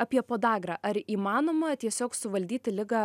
apie podagrą ar įmanoma tiesiog suvaldyti ligą